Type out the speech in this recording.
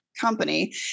company